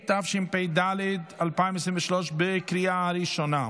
התשפ"ד 2023, בקריאה ראשונה.